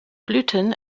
blüten